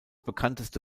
bekannteste